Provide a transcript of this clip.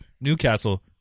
Newcastle